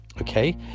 okay